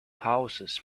houses